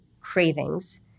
cravings